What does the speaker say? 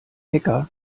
hacker